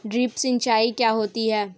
Drip सिंचाई क्या होती हैं?